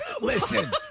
Listen